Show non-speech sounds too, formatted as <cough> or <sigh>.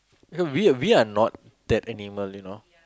you know we are we are not that animal you know <noise>